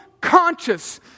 conscious